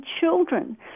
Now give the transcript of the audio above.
children